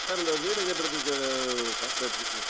sir இந்த வீடு கட்டுறதுக்கு காண்ட்ராக்ட் பேசி